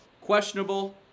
questionable